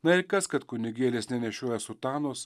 na ir kas kad kunigėlis nenešioja sutanos